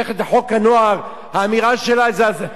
האמירה שלה זה אחד מעשרת הדיברות.